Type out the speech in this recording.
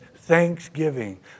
thanksgiving